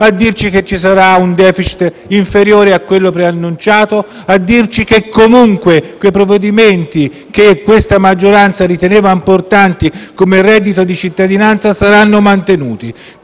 l'Europa, che ci sarà un *deficit* inferiore a quello preannunciato e che, comunque, i provvedimenti che la maggioranza riteneva importanti, come il reddito di cittadinanza, saranno mantenuti.